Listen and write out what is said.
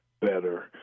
better